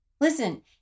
Listen